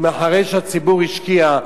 אם אחרי שהציבור השקיע,